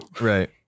Right